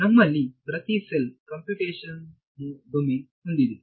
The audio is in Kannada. ವಿದ್ಯಾರ್ಥಿ ನಮ್ಮಲ್ಲಿ ಪ್ರತಿ ಸೆಲ್ ಕಂಪ್ಯೂಟೇಶನಲ್ ಡೊಮೇನ್ ಹೊಂದಿದೆ